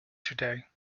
today